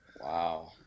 Wow